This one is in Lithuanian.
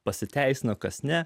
pasiteisino kas ne